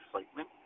excitement